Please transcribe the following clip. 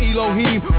Elohim